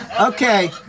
Okay